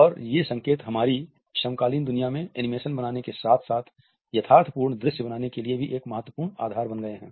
और ये संकेत हमारी समकालीन दुनिया में ऐनिमेशन बनाने के साथ साथ यथार्थपूर्ण दृश्य बनाने के लिए एक महत्वपूर्ण आधार बन गए हैं